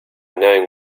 knowing